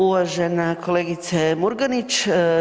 Uvažena kolegice Murganić.